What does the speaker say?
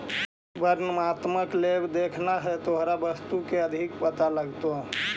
वर्णात्मक लेबल देखने से तोहरा वस्तु के बारे में अधिक पता लगतो